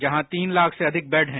जहां तीन लाख से अधिक बैड हैं